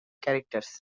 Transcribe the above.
characters